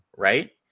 Right